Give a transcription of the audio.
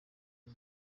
uyu